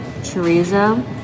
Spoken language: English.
chorizo